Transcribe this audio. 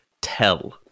tell